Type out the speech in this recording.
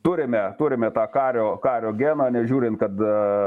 turime turime tą kario kario geną nežiūrint kad